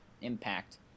impact